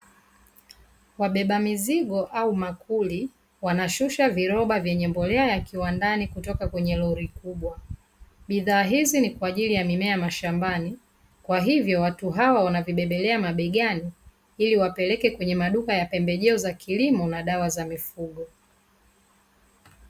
Wabeba mizigo au makuli wanashusha viroba vyenye mbolea ya kiwandani kutoka kwenye lori kubwa. Bidhaa hizi ni kwa ajili ya mimea mashambani, kwa hivyo watu hawa wanavibebelea mabegani ili wavipeleke kwenye maduka ya pembejeo za kilimo na dawa za mifugo.